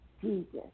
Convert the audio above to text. Jesus